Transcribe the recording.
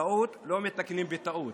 טעות לא מתקנים בטעות.